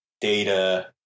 data